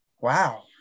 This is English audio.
Wow